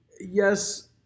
yes